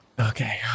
Okay